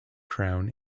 crown